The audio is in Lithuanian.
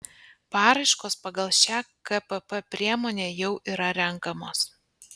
paraiškos pagal šią kpp priemonę jau yra renkamos